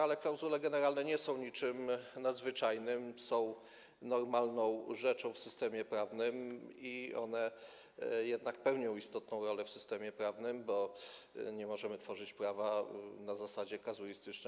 Ale klauzule generalne nie są niczym nadzwyczajnym, są normalną rzeczą w systemie prawnym i one jednak pełnią istotną rolę w systemie prawnym, bo nie możemy tworzyć prawa na zasadzie kazuistycznej.